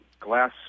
glass